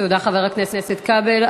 תודה, חבר הכנסת כבל.